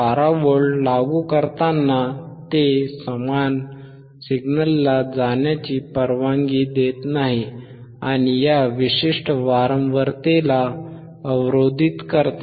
12 volt लागू करताना ते समानतेच सिग्नलला जाण्याची परवानगी देत नाही आणि या विशिष्ट वारंवारतेला अवरोधित करते